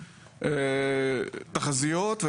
תחזיות,